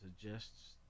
suggests